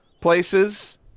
places